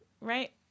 right